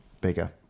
bigger